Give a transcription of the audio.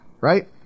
right